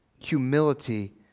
Humility